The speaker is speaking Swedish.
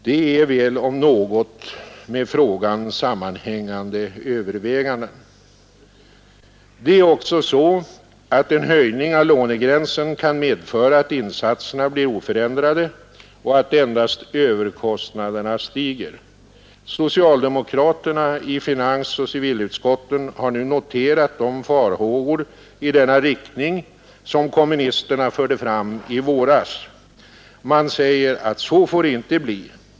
Det är väl om något ”med frågan sammanhängande överväganden”. En höjning av lånegränsen kan medföra att insatserna blir oförändrade och att endast överkostnaderna stiger. Socialdemokraterna i finansoch civilutskotten har nu noterat de farhågor i denna riktning, som kommunisterna förde fram i våras. Man säger att så får det inte bli.